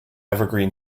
evergreen